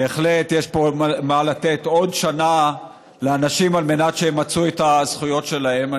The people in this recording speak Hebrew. בהחלט יש פה מה לתת עוד שנה לאנשים על מנת שימצו את הזכויות שלהם.